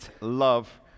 love